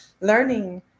learning